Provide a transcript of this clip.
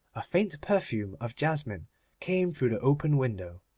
a faint perfume of jasmine came through the open window.